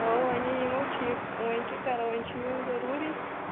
اَوا وۅنۍ ہَے یِمو ٹھیٖک وۅنۍ کیٛاہ کَرو وۅنۍ چھُ یُن ضروٗری